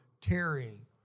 tarrying